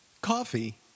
Coffee